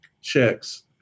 checks